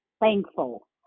thankful